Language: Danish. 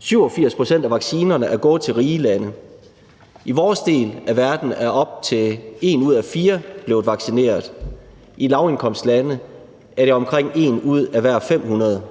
87 pct. af vaccinerne er gået til rige lande. I vores del af verden er op til en ud af fire blevet vaccineret. I lavindkomstlande er det omkring 1 ud af 500. Det